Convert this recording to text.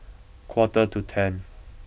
quarter to ten